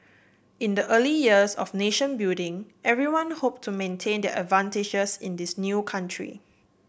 in the early years of nation building everyone hoped to maintain their advantages in this new country